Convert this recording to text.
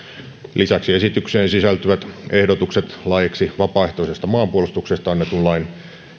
lisäksi esitykseen sisältyvät ehdotukset laeiksi vapaaehtoisesta maanpuolustuksesta annetun lain